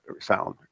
sound